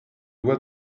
loi